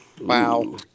Wow